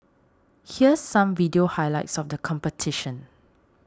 here's some video highlights of the competition